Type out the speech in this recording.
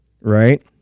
right